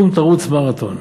קום תרוץ מרתון.